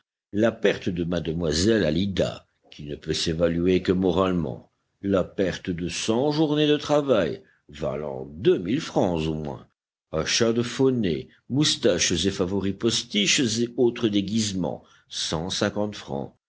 la perte de mademoiselle alida qui ne peut s'évaluer que moralement la perte de cent journées de travail valant francs au moins achats de faux nez moustaches et favoris postiches et autres déguisements francs